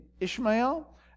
Ishmael